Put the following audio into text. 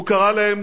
הוא קרא להן